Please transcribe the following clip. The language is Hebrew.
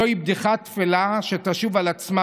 זוהי בדיחה תפלה שתשוב על עצמה,